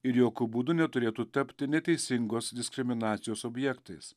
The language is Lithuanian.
ir jokiu būdu neturėtų tapti neteisingos diskriminacijos objektais